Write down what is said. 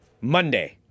Monday